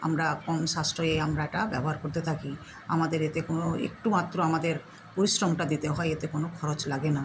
আমরা কম সাশ্রয়ে আমরা এটা ব্যবহার করতে থাকি আমাদের এতে কোনো একটু মাত্র আমাদের পরিশ্রমটা দিতে হয় এতে কোনো খরচ লাগে না